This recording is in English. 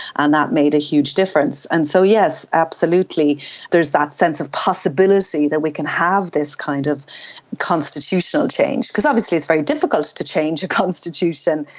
and that made a huge difference. and so yes, absolutely there's that sense of possibility that we can have this kind of constitutional change. because obviously it's very difficult to change a constitution,